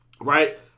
Right